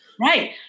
Right